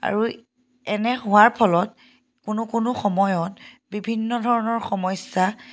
আৰু এনে হোৱাৰ ফলত কোনো কোনো সময়ত বিভিন্ন ধৰণৰ সমস্যা